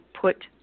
put